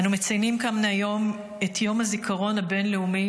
אנו מציינים כאן היום את יום הזיכרון הבין-לאומי